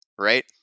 right